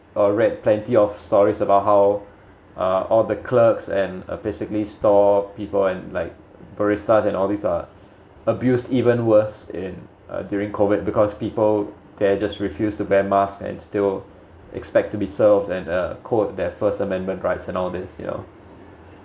or read plenty of stories about how uh all the clerks and uh basically store people and like baristas and all these are abused even worse in uh during COVID because people they're just refused to wear masks and still expect to be served and uh quote their first amendment rights and all this you know